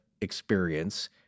experience